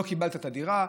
לא קיבלת את הדירה,